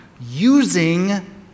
using